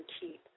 keep